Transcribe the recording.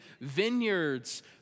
vineyards